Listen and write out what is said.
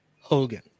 Hogan